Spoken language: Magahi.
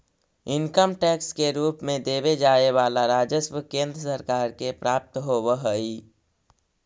इनकम टैक्स के रूप में देवे जाए वाला राजस्व केंद्र सरकार के प्राप्त होव हई